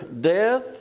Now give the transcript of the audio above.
death